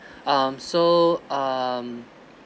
um so um